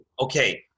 Okay